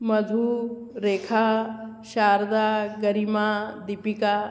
Madhu Rekha Sharda Garima Deepika